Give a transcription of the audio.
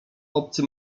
obcy